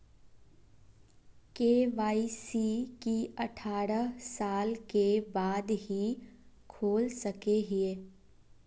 KYC की अठारह साल के बाद ही खोल सके हिये?